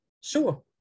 Sure